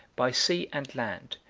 by sea and land,